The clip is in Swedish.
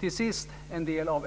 Till sist vill jag säga att